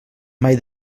mai